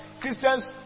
christians